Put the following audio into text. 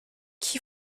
qui